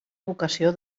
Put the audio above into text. vocació